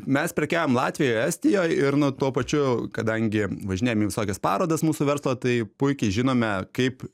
mes prekiaujam latvijoj estijoj ir nu tuo pačiu kadangi važinėjam į tokias parodas mūsų verslo tai puikiai žinome kaip